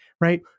right